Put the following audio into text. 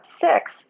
six